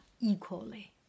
equally